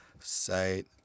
sight